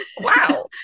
Wow